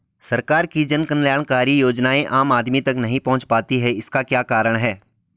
सरकार की जन कल्याणकारी योजनाएँ आम आदमी तक नहीं पहुंच पाती हैं इसका क्या कारण है?